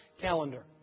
calendar